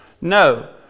no